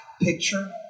picture